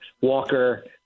Walker